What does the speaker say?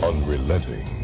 Unrelenting